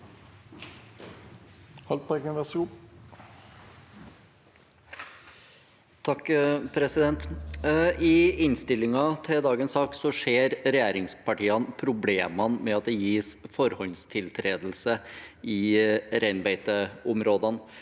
I innstillingen til dagens sak ser regjeringspartiene problemene med at det gis forhåndstiltredelse i reinbeiteområdene.